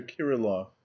kirillov